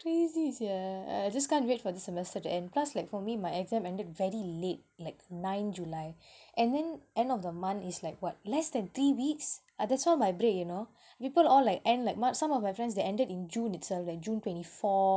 crazy sia ah just can't wait for the semester to end cause like for me my exam ended very late like nine july and then end of the month is like what less than three weeks ah that's all my break you know people all like end like ma~ some of my friends they ended in june itself leh june twenty four